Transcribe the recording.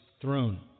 throne